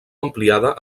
ampliada